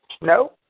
No